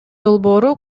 долбоору